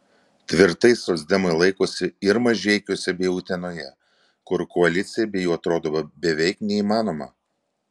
tvirtai socdemai laikosi ir mažeikiuose bei utenoje kur koalicija be jų atrodo beveik neįmanoma